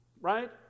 right